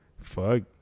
Fuck